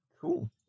Cool